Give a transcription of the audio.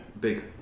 big